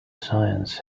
science